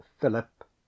Philip